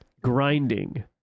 Grinding